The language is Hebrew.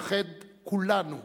להתאחד כולנו